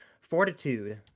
Fortitude